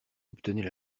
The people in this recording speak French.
obtenait